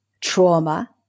trauma